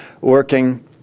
working